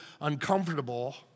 uncomfortable